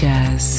Jazz